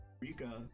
Rika